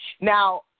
Now